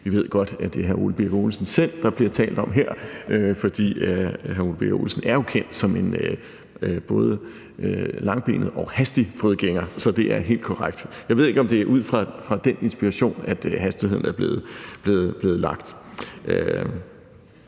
Vi ved godt, at det er hr. Ole Birk Olesen selv, der her bliver talt om, for hr. Ole Birk Olesen er jo kendt som en både langbenet og hastig fodgænger. Så det er helt korrekt. Jeg ved ikke, om det er ud fra den inspiration, at hastigheden er blevet lagt.